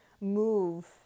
move